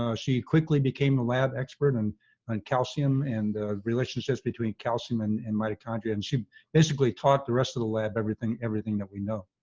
ah she quickly became a lab expert in and and calcium and relationships between calcium and and mitochondria, and she basically taught the rest of the lab everything everything that we know.